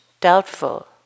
doubtful